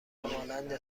همانند